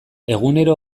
egunero